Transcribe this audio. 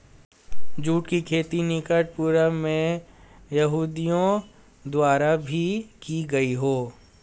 जुट की खेती निकट पूर्व में यहूदियों द्वारा भी की गई हो